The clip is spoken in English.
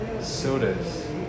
sodas